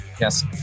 Yes